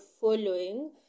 following